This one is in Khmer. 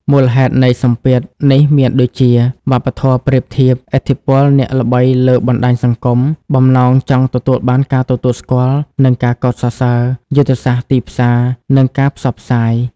មូលហេតុនៃសម្ពាធនេះមានដូចជា វប្បធម៌ប្រៀបធៀប ឥទ្ធិពលអ្នកល្បីលើបណ្តាញសង្គម បំណងចង់ទទួលបានការទទួលស្គាល់និងការកោតសរសើរ យុទ្ធសាស្ត្រទីផ្សារ និងការផ្សព្វផ្សាយ ។